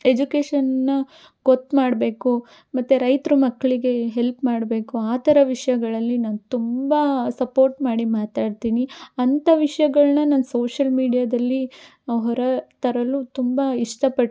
ಎಜುಕೇಷನನ್ನ ಗೊತ್ತು ಮಾಡಬೇಕು ಮತ್ತು ರೈತ್ರ ಮಕ್ಕಳಿಗೆ ಹೆಲ್ಪ್ ಮಾಡಬೇಕು ಆ ಥರ ವಿಷಯಗಳಲ್ಲಿ ನಂಗೆ ತುಂಬ ಸಪೋರ್ಟ್ ಮಾಡಿ ಮಾತಾಡ್ತೀನಿ ಅಂಥ ವಿಷಯಗಳ್ನ ನಾನು ಸೋಷಲ್ ಮೀಡ್ಯಾದಲ್ಲಿ ಹೊರ ತರಲು ತುಂಬ ಇಷ್ಟಪಡು